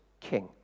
king